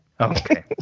Okay